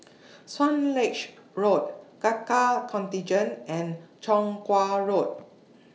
Swanage Road Gurkha Contingent and Chong Kuo Road